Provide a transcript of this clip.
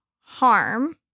harm